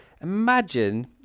imagine